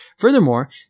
Furthermore